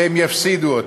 והם יפסידו אותה.